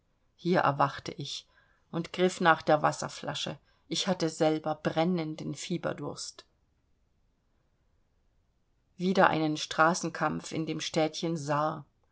hier erwachte ich und griff nach der wasserflasche ich hatte selber brennenden fieberdurst wieder einen straßenkampf in dem städtchen saar